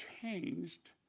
changed